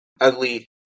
ugly